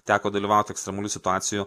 teko dalyvauti ekstremalių situacijų